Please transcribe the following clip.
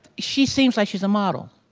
she seems like she's a model.